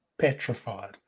petrified